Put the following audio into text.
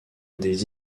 des